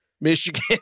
Michigan